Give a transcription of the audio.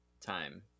time